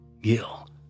Gil